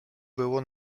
było